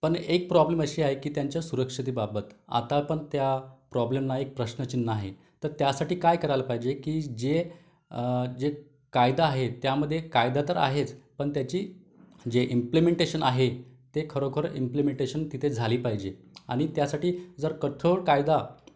पण एक प्रॉब्लम अशी आहे की त्यांच्या सुरक्षिततेबाबत आता पण त्या प्रॉब्लेमना एक प्रश्नचिन्ह आहे तर त्यासाठी काय करायला पाहिजे की जे जे कायदा आहे त्यामध्ये कायदा तर आहेच पण त्याची जे इम्प्लमेंटेशन आहे ते खरोखर इम्प्लमेटेशन तिथे झाली पाहिजे आणि त्यासाठी जर कठोर कायदा